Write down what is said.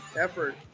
effort